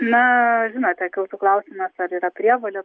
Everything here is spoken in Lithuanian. na žinote kiltų klausimas ar yra prievolė